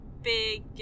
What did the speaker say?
big